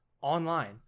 online